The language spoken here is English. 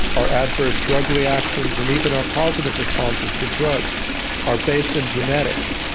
our adverse drug reactions and even our positive responses to drugs are based in genetics,